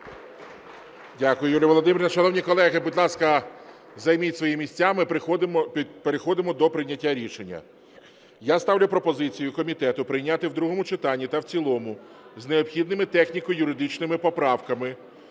Дякую, Юлія Володимирівна. Шановні колеги, будь ласка, займіть свої місця. Ми переходимо до прийняття рішення. Я ставлю пропозицію комітету прийняти в другому читанні та в цілому з необхідними техніко-юридичними поправками